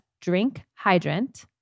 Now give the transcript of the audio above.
drinkhydrant